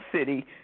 city